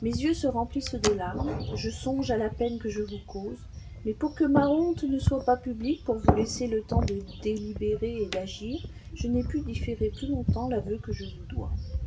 mes yeux se remplissent de larmes je songe à la peine que je vous cause mais pour que ma honte ne soit pas publique pour vous laisser le temps de délibérer et d'agir je n'ai pu différer plus longtemps l'aveu que je vous dois